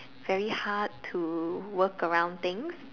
very hard to work around things